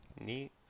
neat